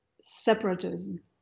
separatism